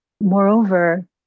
Moreover